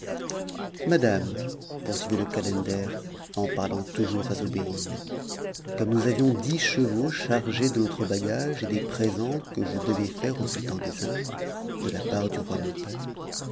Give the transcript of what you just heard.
madame poursuivit le calender en parlant toujours à zobéide comme nous avions dix chevaux chargés de notre bagage et des présents que je devais faire au sultan des indes de la part du roi mon père